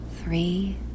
Three